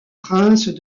princes